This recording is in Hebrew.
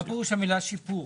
מה פירוש המילה שיפור?